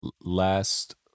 Last